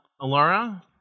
Alara